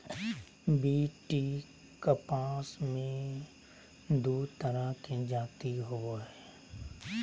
BT कपास मे दू तरह के जाति होबो हइ